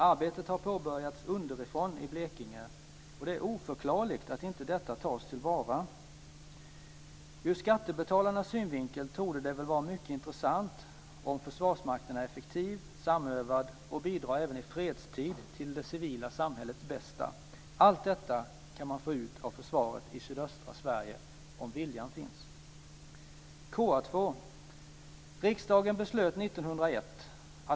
Arbetet har redan påbörjats underifrån i Blekinge och det är oförklarligt att inte detta tas till vara. Ur skattebetalarnas synvinkel torde det väl vara mycket intressant om Försvarsmakten är effektiv, samövad och kan bidra även i fredstid till det civila samhällets bästa. Allt detta kan man få ut av försvaret i sydöstra Sverige om viljan finns.